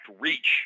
reach